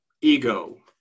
ego